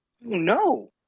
No